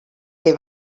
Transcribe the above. que